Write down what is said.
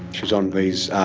she was on these,